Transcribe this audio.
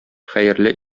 хәерле